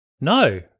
No